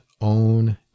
own